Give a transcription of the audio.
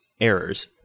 errors